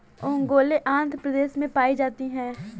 ओंगोले आंध्र प्रदेश में पाई जाती है